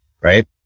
right